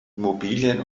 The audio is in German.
immobilien